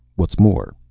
what's more,